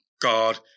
God